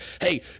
Hey